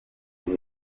bihe